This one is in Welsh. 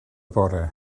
bore